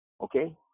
okay